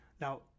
Now